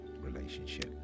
relationship